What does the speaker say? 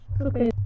Okay